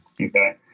Okay